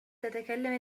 تتكلم